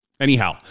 anyhow